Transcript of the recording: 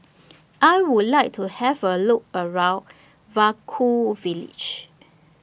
I Would like to Have A Look around Vaiaku Village